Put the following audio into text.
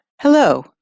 Hello